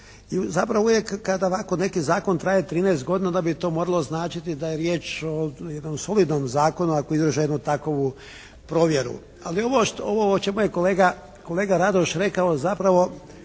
Zapravo uvijek kada ovako neki zakon traje 13 godina onda bi to moralo značiti da je riječ o jednom solidnom zakonu ako izdrži jednu takovu provjeru. Ali ovo o čemu je kolega Radoš rekao zapravo